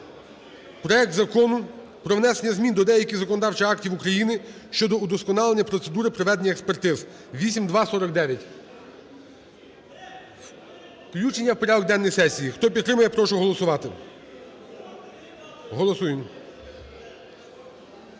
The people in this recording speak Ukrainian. проект Закону про внесення змін до деяких законодавчих актів України щодо удосконалення процедури проведення експертиз (8249). Включення в порядок денний сесії. Хто підтримує, прошу голосувати. Голосуємо.